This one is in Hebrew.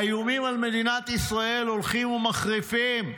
האיומים על מדינת ישראל הולכים ומחריפים.